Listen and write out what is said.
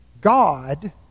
God